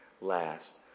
last